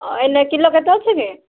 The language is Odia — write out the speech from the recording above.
ନାହିଁ କିଲୋ କେତେ ଅଛି କି